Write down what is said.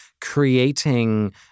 creating